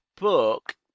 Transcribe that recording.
book